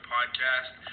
Podcast